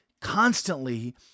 constantly